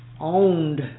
owned